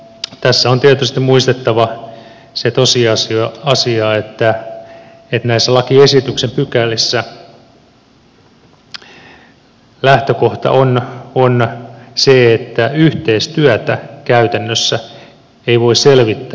tässä on tietysti muistettava se tosiasia että näissä lakiesityksen pykälissä lähtökohta on se että yhteistyötä käytännössä ei voi selvittää